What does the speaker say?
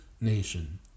nation